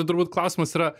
turbūt klausimas yra